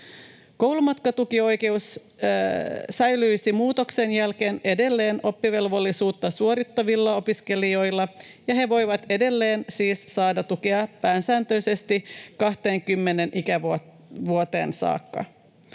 Koulumatkatukioikeus säilyisi muutoksen jälkeen edelleen oppivelvollisuutta suorittavilla opiskelijoilla, ja he voivat siis edelleen saada tukea pääsääntöisesti 20 ikävuoteen saakka.